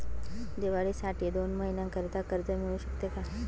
दिवाळीसाठी दोन महिन्याकरिता कर्ज मिळू शकते का?